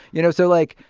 you know, so, like,